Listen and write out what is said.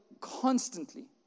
constantly